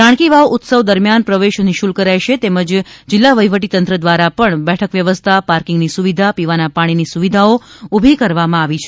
રાણકી વાવ ઉત્સવ દરમ્યાન પ્રવેશ નિઃશુલ્ક રહેશે તેમજ જીલ્લા વહીવટીતંત્ર દ્વારા બેઠક વ્યવસ્થા પાર્કિંગની સુવિધા પીવાની પાણીની સુવિધાઓ ઉભી કરવામાં આવી છે